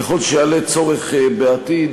ככל שיעלה צורך בעתיד